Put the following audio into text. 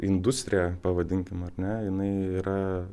industrija pavadinkime ar ne jinai yra